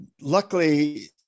luckily